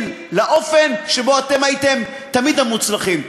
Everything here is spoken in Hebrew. לאופן שבו אתם הייתם תמיד המוצלחים.